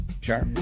Sure